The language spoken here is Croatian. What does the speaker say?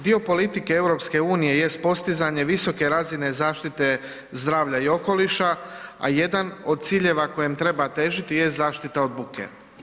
Dio politike EU jest postizanje visoke razine zdravlja i okoliša, a jedan od ciljeva kojem treba težiti jest zaštita od buke.